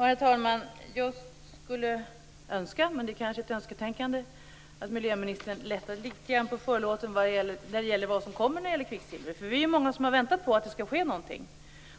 Herr talman! Jag skulle önska att miljöministern lättade litet grand på förlåten för vad som kommer att gälla för kvicksilver. Vi är många som har väntat på att det skall ske någonting.